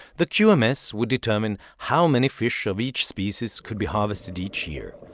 the qms would determine how many fish of each species could be harvested each year,